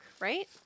right